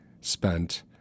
spent